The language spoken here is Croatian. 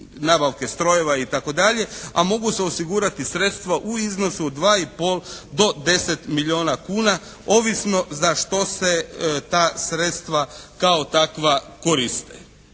nabavke strojeva itd. a mogu se osigurati sredstva u iznosu od 2 i pol do 10 milijuna kuna ovisno za što se ta sredstva kao takva koriste.